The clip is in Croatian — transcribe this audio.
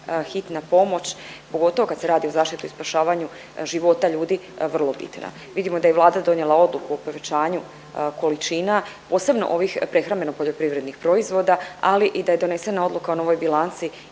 hitna pomoć, pogotovo kad se radi o zaštiti i spašavanju života ljudi vrlo bitna. Vidimo da je i Vlada donijela odluku o povećanju količina, posebno ovih prehrambeno-poljoprivrednih proizvoda, ali i da je donesena odluka o novoj bilanci